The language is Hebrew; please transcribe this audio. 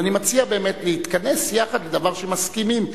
אבל אני מציע באמת להתכנס יחד בדבר שמסכימים,